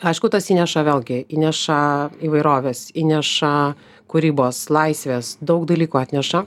aišku tas įneša vėlgi įneša įvairovės įneša kūrybos laisvės daug dalykų atneša